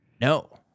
No